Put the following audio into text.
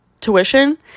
tuition